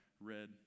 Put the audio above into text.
read